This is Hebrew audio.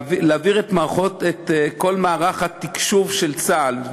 להעביר את כל מערך התקשוב של צה"ל,